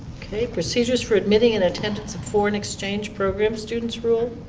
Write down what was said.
okay. procedures for admitting an attendance of foreign exchange program students rule?